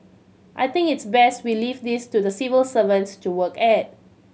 I think it's best we leave this to the civil servants to work at